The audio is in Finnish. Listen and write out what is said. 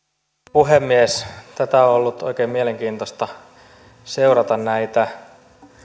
puhemies on ollut oikein mielenkiintoista seurata näitä